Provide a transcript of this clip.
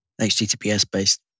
HTTPS-based